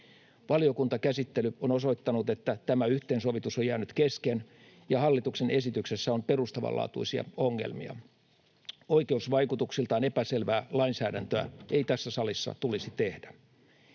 Valiokuntakäsittely on osoittanut, että tämä yhteensovitus on jäänyt kesken ja hallituksen esityksessä on perustavanlaatuisia ongelmia. Oikeusvaikutuksiltaan epäselvää lainsäädäntöä ei tässä salissa tulisi tehdä.